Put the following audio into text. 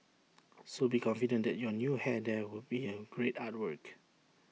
so be confident that your new hair there would be A great artwork